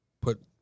put